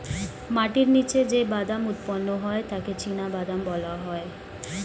মাটির নিচে যে বাদাম উৎপন্ন হয় তাকে চিনাবাদাম বলা হয়